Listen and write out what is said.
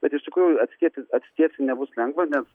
bet iš tikrųjų atstieti atsitiesti nebus lengva nes